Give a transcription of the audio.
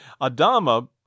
Adama